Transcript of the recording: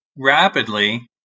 rapidly